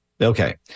okay